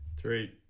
three